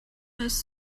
mēs